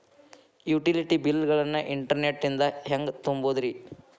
Utility bill ಗಳನ್ನ internet ನಿಂದ ಹೆಂಗ್ ತುಂಬೋದುರಿ?